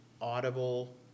audible